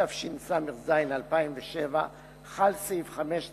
התשס"ז 2007, חל סעיף 5 לחוק,